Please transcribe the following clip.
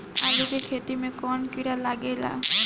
आलू के खेत मे कौन किड़ा लागे ला?